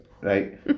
Right